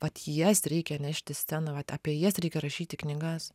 vat jas reikia nešt į sceną vat apie jas reikia rašyti knygas